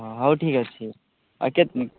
ହଉ ଠିକ୍ ଅଛି ଆଉ କେତେ